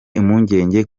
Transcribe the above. impungenge